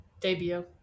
Debut